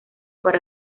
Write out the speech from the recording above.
para